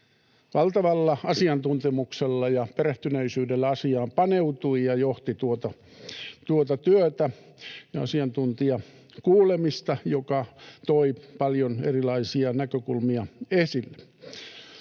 valtavalla asiantuntemuksella ja perehtyneisyydellä asiaan paneutui ja johti tuota työtä ja asiantuntijakuulemista, joka toi paljon erilaisia näkökulmia esille.